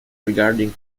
regarding